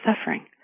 suffering